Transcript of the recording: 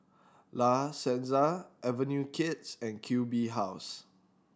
La Senza Avenue Kids and Q B House